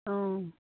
অঁ